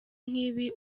nk’ibi